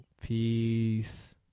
Peace